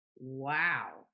wow